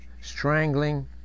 strangling